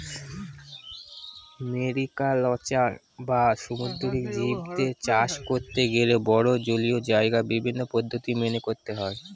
mariculture বা সামুদ্রিক জীবদের চাষ করতে গেলে বড়ো জলীয় জায়গায় বিভিন্ন পদ্ধতি মেনে করতে হয়